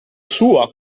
sua